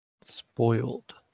spoiled